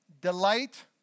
Delight